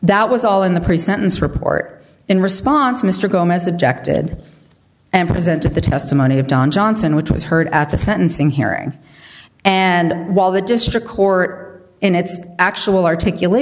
that was all in the pre sentence report in response to mr gomes objected and present to the testimony of don johnson which was heard at the sentencing hearing and while the district court in its actual articulat